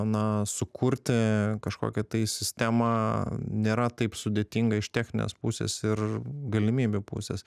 na sukurti kažkokią tai sistemą nėra taip sudėtinga iš techninės pusės ir galimybių pusės